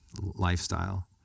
lifestyle